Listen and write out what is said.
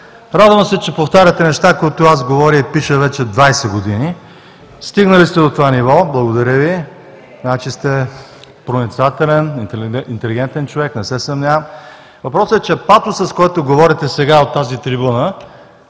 радвам се, че повтаряте неща, които аз говоря и пиша вече 20 години. Стигнали сте до това ниво, благодаря Ви. Значи сте проницателен, интелигентен човек, не се съмнявам. Въпросът е, че патосът, с който говорите сега от тази трибуна,